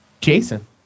Jason